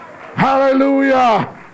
Hallelujah